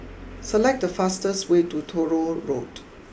select the fastest way to Tronoh Road